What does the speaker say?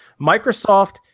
Microsoft